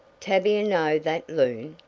tavia know that loon!